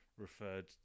referred